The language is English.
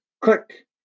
click